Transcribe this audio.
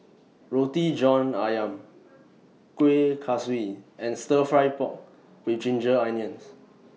Roti John Ayam Kuih Kaswi and Stir Fry Pork with Ginger Onions